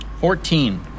Fourteen